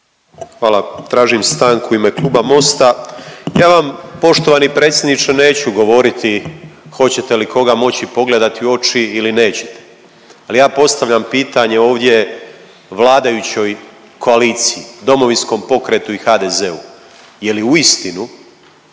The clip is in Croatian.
Hvala. Tražim stanku u ime kluba Mosta. Ja vam poštovani predsjedniče neću govoriti hoćete li koga moći pogledati u oči ili nećete, ali ja postavljam pitanje ovdje vladajućoj koaliciji DP-u i HDZ-u, je li uistinu